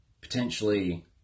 potentially